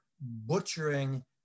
butchering